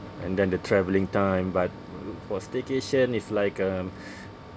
and then the travelling time but for staycation it's like um